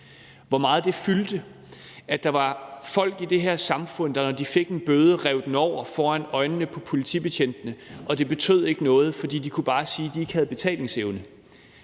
hvor meget det fyldte, at der var folk i det her samfund, der, når de fik en bøde, rev den over foran øjnene på politibetjentene, og at det ikke betød noget, for de kunne bare sige, at de ikke havde betalingsevne.